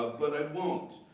but i won't,